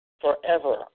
forever